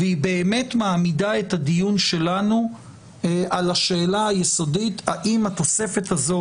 והיא באמת מעמידה את הדיון שלנו על השאלה יסודית האם התוספת הזו